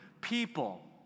people